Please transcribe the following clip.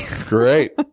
Great